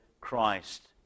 Christ